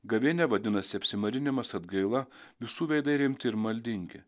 gavėnia vadinasi apsimarinimas atgaila visų veidai rimti ir maldingi